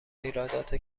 ایرادات